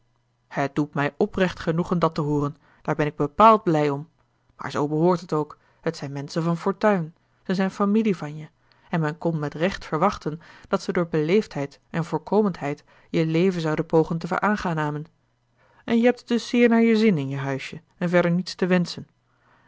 het doet mij oprecht genoegen dat te hooren daar ben ik bepaald blij om maar zoo behoort het ook het zijn menschen van fortuin ze zijn familie van je en men kon met recht verwachten dat ze door beleefdheid en voorkomendheid je leven zouden pogen te veraangenamen en je hebt het dus zeer naar je zin in je huisje en verder niets te wenschen